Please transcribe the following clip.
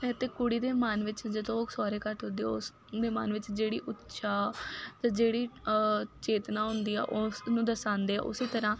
ਅਤੇ ਕੁੜੀ ਦੇ ਮਨ ਵਿੱਚ ਜਦੋਂ ਉਹ ਸਹੁਰੇ ਘਰ ਤੁਰਦੀ ਹੈ ਉਸ ਦੇ ਮਨ ਵਿੱਚ ਜਿਹੜੀ ਇੱਛਾ ਅਤੇ ਜਿਹੜੀ ਚੇਤਨਾ ਹੁੰਦੀ ਆ ਉਸ ਨੂੰ ਦਰਸਾਉਂਦੇ ਆ ਉਸੇ ਤਰ੍ਹਾਂ